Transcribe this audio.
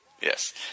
Yes